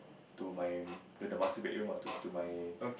to my to the master bedroom ah to to my